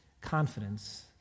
confidence